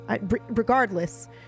regardless